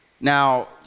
Now